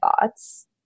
thoughts